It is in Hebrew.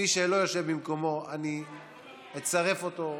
מי שלא יושב במקומו, אני אצרף אותו.